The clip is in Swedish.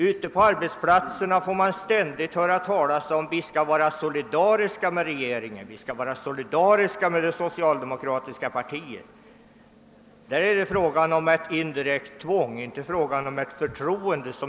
Ute på arbetsplatserna får vi ständigt höra att vi måste vara solidariska med regeringen och med socialdemokratiska partiet. Där är det fråga om ett in direkt tvång, inte om ett förtroende.